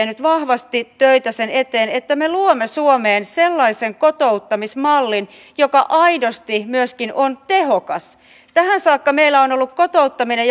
nyt vahvasti töitä sen eteen että me luomme suomeen sellaisen kotouttamismallin joka myöskin aidosti on tehokas tähän saakka meillä on ollut kotouttaminen